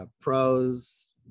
pros